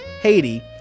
Haiti